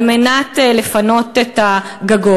על מנת לפנות את הגגות,